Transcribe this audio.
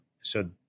so-